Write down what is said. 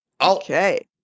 Okay